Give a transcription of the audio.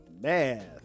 math